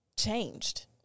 changed